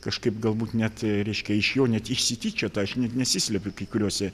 kažkaip galbūt net reiškia iš jo net išsityčiota aš net nesislepiu kai kuriose